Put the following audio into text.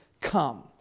come